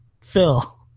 Phil